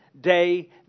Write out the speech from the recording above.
day